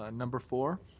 ah number four.